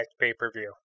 pay-per-view